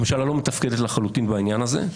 הממשלה לחלוטין לא מתפקדת בעניין הזה,